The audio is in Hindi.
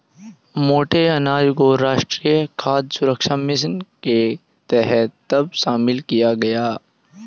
मोटे अनाज को राष्ट्रीय खाद्य सुरक्षा मिशन के तहत कब शामिल किया गया?